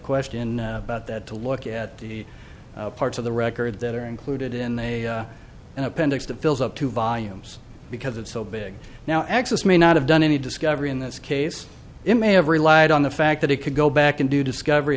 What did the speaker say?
question about that to look at the parts of the record that are included in an appendix that fills up two volumes because it's so big now access may not have done any discovery in this case it may have relied on the fact that it could go back and do discovery